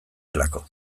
delako